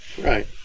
Right